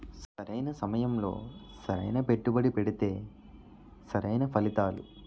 సరైన సమయంలో సరైన పెట్టుబడి పెడితే సరైన ఫలితాలు